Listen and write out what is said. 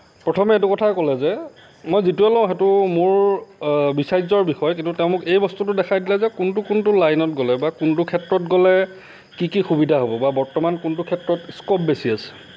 প্ৰথম এইটো কথা ক'লে যে মই যিটোৱে লওঁ সেইটো মোৰ বিচাৰ্য্যৰ বিষয় কিন্তু তেওঁ মোক এই বস্তুটো দেখাই দিলে যে কোনটো কোনটো লাইনত গ'লে বা কোনটো ক্ষেত্ৰত গ'লে কি কি সুবিধা হ'ব বা বৰ্তমান কোনটো ক্ষেত্ৰত স্ক'প বেছি আছে